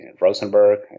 Rosenberg